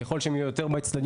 ככל שהם יהיו יותר באצטדיון,